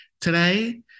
today